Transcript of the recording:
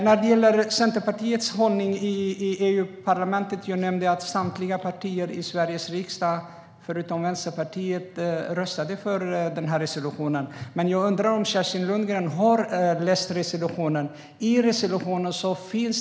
När det gäller Centerpartiets hållning i EU-parlamentet nämnde jag tidigare att samtliga partier i Sveriges riksdag förutom Vänsterpartiet röstade för denna resolution. Jag undrar dock om Kerstin Lundgren har läst resolutionen.